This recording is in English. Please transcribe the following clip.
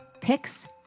picks